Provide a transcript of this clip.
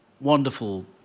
wonderful